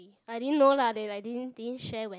I didn't know lah they like didn't didn't share when